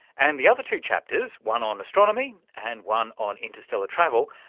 and the other two chapters, one on astronomy and one on interstellar travel,